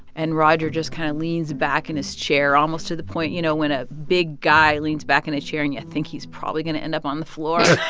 and roger just kind of leans back in his chair almost to the point you know, when a big guy leans back in a chair, and you think he's probably going to end up on the floor.